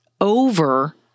over